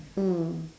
mm